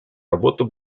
работу